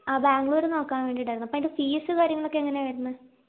ബാംഗ്ലൂർ നോക്കാൻ വേണ്ടിയിട്ടായിരുന്നു അപ്പോൾ അതിൻ്റെ ഫീസ് കാര്യങ്ങളൊക്കെ എങ്ങനെയാണ് വരുന്നത്